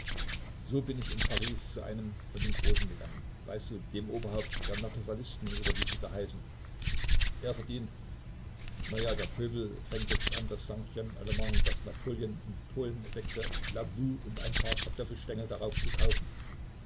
so bin ich in paris zu einem von den großen gegangen weißt du dem oberhaupt der naturalisten oder wie sie da heißen er verdient na ja der pöbel fängt jetzt an das cinquime lment das napoleon in polen entdeckte la boue und ein paar kartoffelstengel darauf zu kaufen